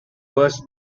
worse